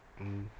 mmhmm